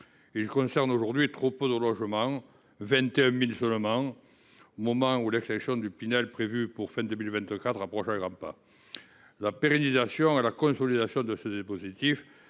ci concerne aujourd’hui trop peu de logements – 21 000 seulement –, alors que l’extinction du Pinel, prévue pour la fin de 2024, approche à grands pas. La pérennisation et la consolidation de ce dispositif